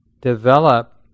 develop